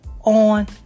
on